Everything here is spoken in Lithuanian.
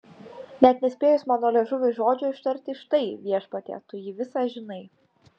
net nespėjus mano liežuviui žodžio ištarti štai viešpatie tu jį visą žinai